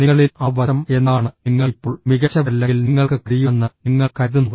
നിങ്ങളിൽ ആ വശം എന്താണ് നിങ്ങൾ ഇപ്പോൾ മികച്ചവരല്ലെങ്കിൽ നിങ്ങൾക്ക് കഴിയുമെന്ന് നിങ്ങൾ കരുതുന്നു